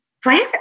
France